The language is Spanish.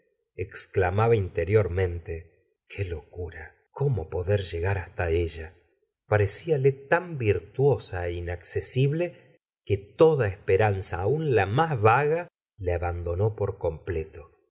exclamaba interiormente qué locura cómo poder llegar hasta ella pareci ale tan virtuosa inaccesible que toda esperanza aún la más vaga le abandonó por completo